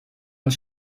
uns